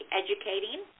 educating